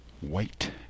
white